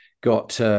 got